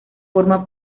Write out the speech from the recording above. forma